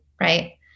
right